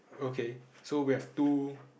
okay so we have two